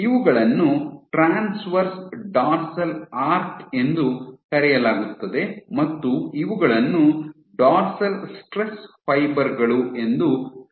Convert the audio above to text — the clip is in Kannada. ಇವುಗಳನ್ನು ಟ್ರಾನ್ಸ್ವರ್ಸ್ ಡಾರ್ಸಲ್ ಆರ್ಕ್ ಎಂದು ಕರೆಯಲಾಗುತ್ತದೆ ಮತ್ತು ಇವುಗಳನ್ನು ಡಾರ್ಸಲ್ ಸ್ಟ್ರೆಸ್ ಫೈಬರ್ಗಳು ಎಂದು ಕರೆಯಲಾಗುತ್ತದೆ